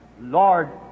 Lord